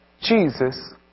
Jesus